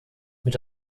mit